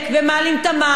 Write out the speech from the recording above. ומעלים את החשמל.